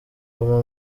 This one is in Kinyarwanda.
guma